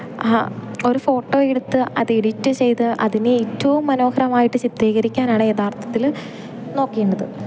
ഒരു ഫോട്ടോയെടുത്ത് അത് എഡിറ്റ് ചെയ്ത് അതിനെ ഏറ്റവും മനോഹരമായിട്ട് ചിത്രീകരിക്കാനാണ് യഥാർത്ഥത്തിൽ നോക്കേണ്ടത്